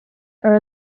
are